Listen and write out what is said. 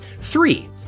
Three